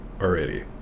already